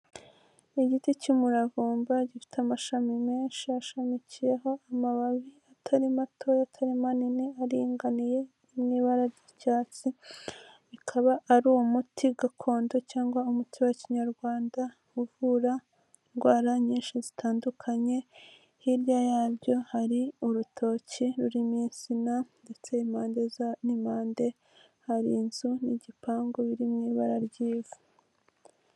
Igiti cy'umuravumba gifite amashami menshi hashamikiyeho amababi atari mato atari manini aringaniye ari mu ibara ry'icyatsi, bikaba ari umuti gakondo cyangwa umuti wa kinyarwanda uvura indwara nyinshi zitandukanye, hiryaya yabyo hari urutoki rurimo insina ndetse impande hari inzui n'igipangu biri mu ibara ry'ivu.